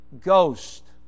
Ghost